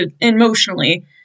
emotionally